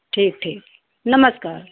ठीक ठीक नमस्कार